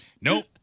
Nope